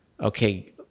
okay